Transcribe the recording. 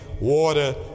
water